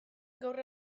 gaur